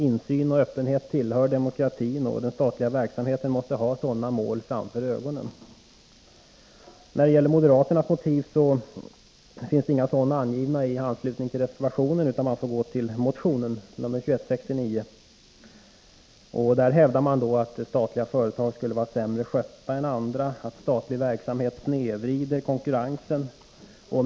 Insyn och öppenhet tillhör demokratin, och den statliga verksamheten måste ha sådana mål för ögonen. När det gäller moderaternas motiv finns inga sådana angivna i anslutning till reservationen, utan man får gå till motion 2169. Där hävdas att statliga företag skulle vara sämre skötta än andra och att statlig verksamhet snedvrider konkurrensen.